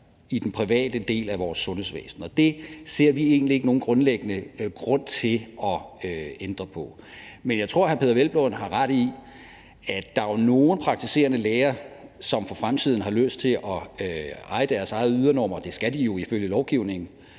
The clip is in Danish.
i den private del af vores sundhedsvæsen. Og det ser vi egentlig ikke nogen grundlæggende grund til at ændre på. Men jeg tror, at hr. Peder Hvelplund har ret i, at der er nogle praktiserende læger, som for fremtiden har lyst til at eje deres eget ydernummer – det skal de jo ifølge lovgivningen